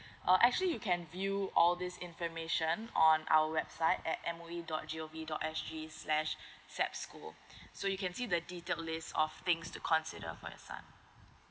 oh actually you can view all this information on our website at M_O_E dot g o v dot s g slash sap school so you can see the detailed list of things to consider for your son